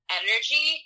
energy